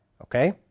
Okay